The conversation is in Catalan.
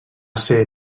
ser